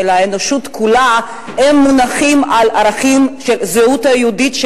האנושות כולה מונחים על הערכים של זהות יהודית,